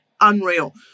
unreal